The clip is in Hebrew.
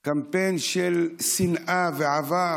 קמפיין של שנאה עבר.